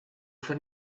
for